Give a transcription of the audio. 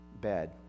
bed